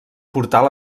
portal